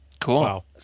Cool